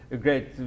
great